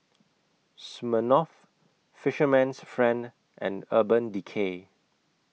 Smirnoff Fisherman's Friend and Urban Decay